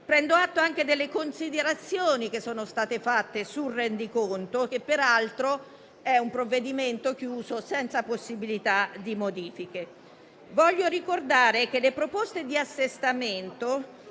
Prendo atto anche delle considerazioni che sono state fatte sul rendiconto, che peraltro è un provvedimento chiuso, senza possibilità di modifiche. Voglio ricordare che le proposte di assestamento